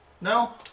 No